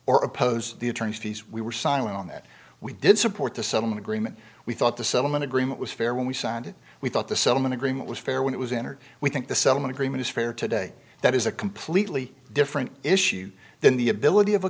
or oppose the attorneys fees we were silent on that we did support the settlement agreement we thought the settlement agreement was fair when we signed we thought the settlement agreement was fair when it was entered we think the settlement agreement is fair today that is a completely different issue than the ability of a